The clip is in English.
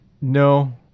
No